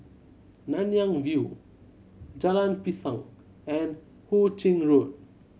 Nanyang View Jalan Pisang and Hu Ching Road